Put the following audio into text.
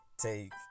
take